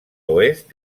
oest